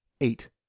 Eight